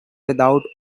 without